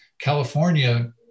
California